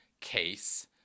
case